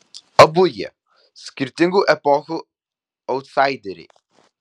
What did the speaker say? abu jie skirtingų epochų autsaideriai